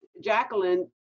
Jacqueline